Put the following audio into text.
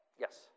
Yes